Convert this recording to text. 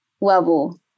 level